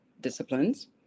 disciplines